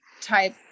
type